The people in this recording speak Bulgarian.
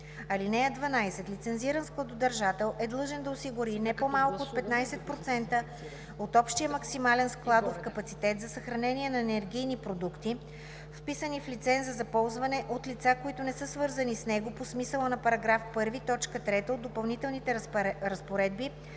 14: „(12) Лицензиран складодържател е длъжен да осигури не по-малко от 15% от общия максимален складов капацитет за съхранение на енергийни продукти, вписани в лиценза за ползване от лица, които не са свързани с него по смисъла на § 1, т. 3 от допълнителните разпоредби